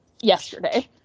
yesterday